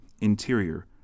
interior